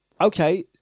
Okay